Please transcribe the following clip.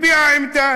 הביעה עמדה,